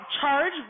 charge